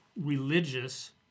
religious